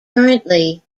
currently